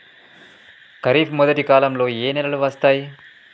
ఖరీఫ్ మొదటి కాలంలో ఏ నెలలు వస్తాయి?